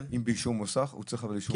אם באישור מוסך, הוא צריך אישור מוסך?